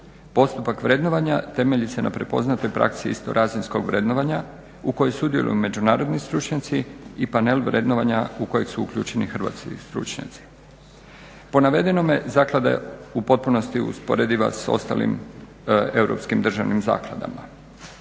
Postupak vrednovanja temelji se na prepoznatoj praksi istorazinskog vrednovanja u kojoj sudjeluju međunarodni stručnjaci i panel vrednovanja u koji su uključeni hrvatski stručnjaci. Po navedenome zaklada je u potpunosti usporediva s ostalim europskim državnim zakladama.